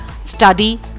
study